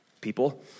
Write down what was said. people